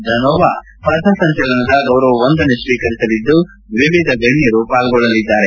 ಧನೋವಾ ಪಥಸಂಚಲನದ ಗೌರವ ವಂದನೆ ಸ್ವೀಕರಿಸಲಿದ್ದು ವಿವಿಧ ಗಣ್ಣರು ಪಾಲ್ಗೊಳ್ಳಲಿದ್ದಾರೆ